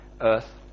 earth